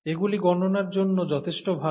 এগুলি গণনার জন্য যথেষ্ট ভাল